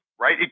right